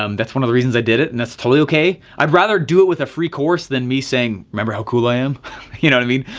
um that's one of the reasons i did it. and that's totally okay. i'd rather do it with a free course than me saying, remember how cool i am. you know what i mean?